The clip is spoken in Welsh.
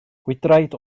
gwydraid